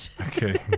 Okay